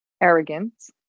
Arrogance